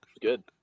Good